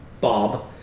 Bob